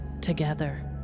together